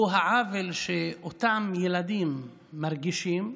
הוא העוול שאותם ילדים מרגישים,